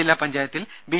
ജില്ലാ പഞ്ചായത്തിൽ ബി